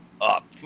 up